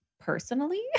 personally